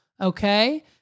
Okay